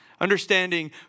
Understanding